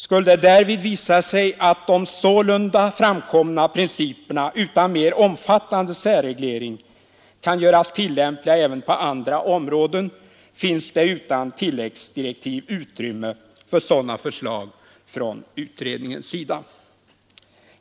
Skulle det därvid visa sig att de sålunda framkomna principerna utan mer omfattande särreglering kan göras tillämpliga även på andra områden, finns det utan tilläggsdirektiv utrymme för sådana förslag från utredningens sida.